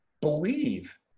believe